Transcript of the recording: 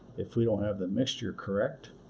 if we don't have the mixture correct,